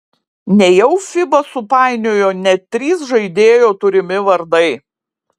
nejau fiba supainiojo net trys žaidėjo turimi vardai